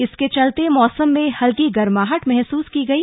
इसके चलते मौसम में हल्की गर्माहट महसूस की गई